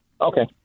Okay